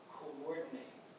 coordinate